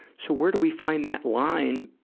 so, where do we find that line,